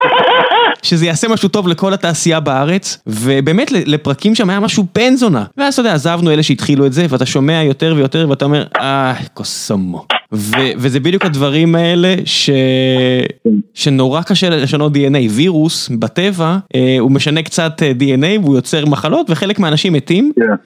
שזה יעשה משהו טוב לכל התעשייה בארץ ובאמת לפרקים שם היה משהו בן זונה ואז אתה יודע עזבנו אלה שהתחילו את זה ואתה שומע יותר ויותר ואתה אומר כוסאומו וזה בדיוק הדברים האלה ששנורא קשה לשנות dna. וירוס בטבע הוא משנה קצת dna הוא יוצר מחלות וחלק מהאנשים מתים.